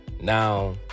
Now